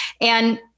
and-